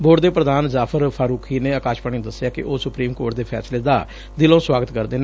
board ਦੇ ਪ੍ਧਾਨ ਜਾਫ਼ਰ ਫਾਰੂਖੀ ਨੇ ਆਕਾਸ਼ਵਾਣੀ ਨੂੰ ਦਸਿਐ ਕਿ ਉਹ ਸੁਪਰੀਮ ਕੋਰਟ ਦੇ ਫੈਸਲੇ ਦਾ ਦਿਲੋਂ ਸੁਆਗਤ ਕਰਦੇ ਨੇ